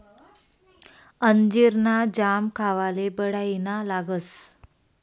अंजीर ना जाम खावाले बढाईना लागस